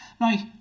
Now